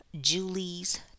julie's